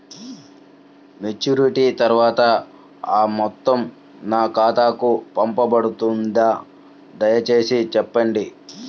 Maturity తర్వాత ఆ మొత్తం నా ఖాతాకు పంపబడుతుందా? దయచేసి చెప్పండి?